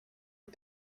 aux